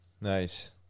Nice